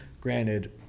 Granted